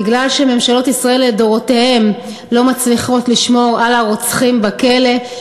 מכיוון שממשלות ישראל לדורותיהן לא מצליחות לשמור על הרוצחים בכלא,